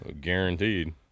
Guaranteed